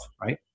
right